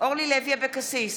אורלי לוי אבקסיס,